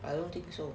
I don't think so